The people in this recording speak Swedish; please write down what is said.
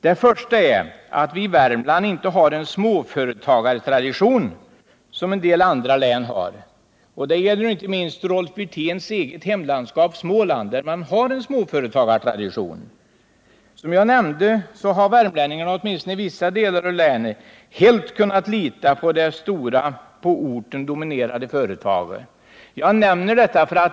Den första är att det i Värmland inte finns någon småföretagartradition, som en del andra län har. Det gäller inte minst Rolf Wirténs eget hemlandskap Småland, som har en stark småföretagartradition. Som jag nämnde tidigare har värmlänningarna åtminstone i vissa delar av länet helt kunnat lita på det stora på orten dominerande företaget.